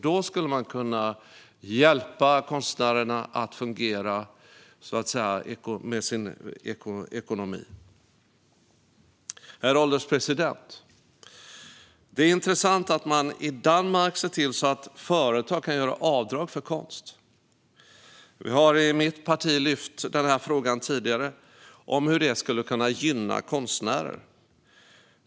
Då skulle man kunna hjälpa konstnärerna att få ekonomin att fungera. Herr ålderspresident! Det är intressant att man i Danmark har sett till att företag kan göra avdrag för konst. Mitt parti har tidigare lyft upp att det skulle kunna gynna konstnärer.